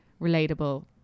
relatable